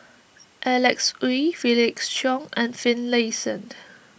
Alanx Oei Felix Cheong and Finlayson